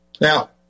now